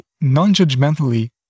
non-judgmentally